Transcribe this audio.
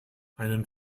einen